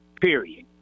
Period